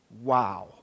Wow